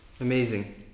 Amazing